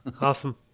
Awesome